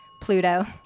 Pluto